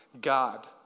God